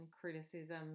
criticism